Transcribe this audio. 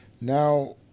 Now